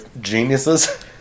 geniuses